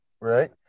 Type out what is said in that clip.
right